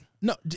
No